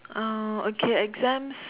oh okay exams